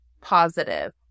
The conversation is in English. positive